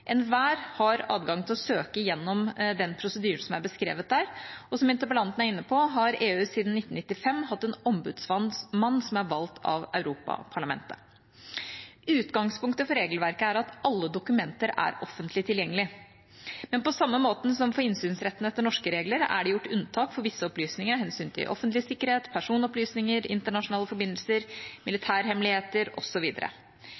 Enhver har adgang til å søke gjennom den prosedyren som er beskrevet der, og som interpellanten er inne på, har EU siden 1995 hatt en ombudsmann som er valgt av Europaparlamentet. Utgangspunktet for regelverket er at alle dokumenter er offentlig tilgjengelige, men på samme måte som for innsynsretten etter norske regler er det gjort unntak for visse opplysninger av hensyn til offentlig sikkerhet, personopplysninger, internasjonale forbindelser,